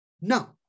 No